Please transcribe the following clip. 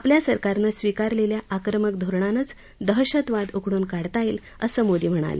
आपल्या सरकारनं स्विकारलेल्या आक्रमक धोरणानंच दहशतवाद उखडून काढता येईल असं मोदी म्हणाले